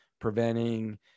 preventing